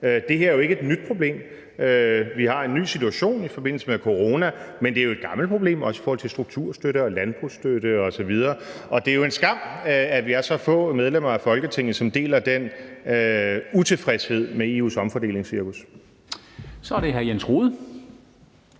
Det her er jo ikke et nyt problem. Vi har en ny situation i forbindelse med corona, men det er jo et gammelt problem også i forhold til strukturstøtte og landbrugsstøtte osv. Det er en skam, at vi er så få medlemmer af Folketinget, som deler den utilfredshed med EU's omfordelingscirkus. Kl. 13:33 Formanden